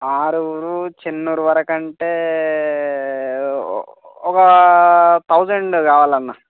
ఆరుగురు చెన్నూరు వరకు అంటే ఒక థౌజండ్ కావాలి అన్నా